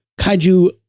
kaiju